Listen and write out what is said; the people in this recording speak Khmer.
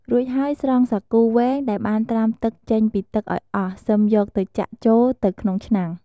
រួចហើយ ស្រង់សាគូវែងដែលបានត្រាំទុកចេញពីទឹកឱ្យអស់ សិមយកទៅចាក់ចូលទៅក្នុងឆ្នាំង។